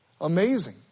Amazing